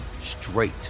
straight